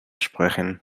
sprechen